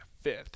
fifth